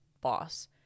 Boss